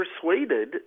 persuaded